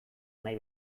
nahi